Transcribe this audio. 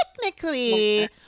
technically